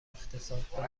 اقتصاددان